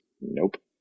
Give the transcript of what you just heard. Nope